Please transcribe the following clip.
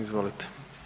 Izvolite.